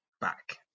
back